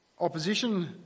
Opposition